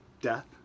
death